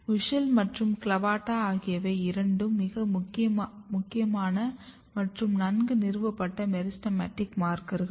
WUSCHEL மற்றும் CLAVATA ஆகியவை இரண்டு மிக முக்கியமான மற்றும் நன்கு நிறுவப்பட்ட மெரிஸ்டெமடிக் மார்க்கர்கால்